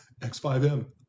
X5M